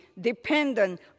dependent